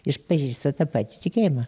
išpažįsta tą patį tikėjimą